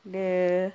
the